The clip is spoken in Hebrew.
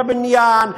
בבניין,